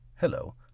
Hello